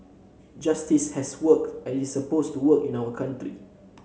justice has worked as it is supposed to work in our country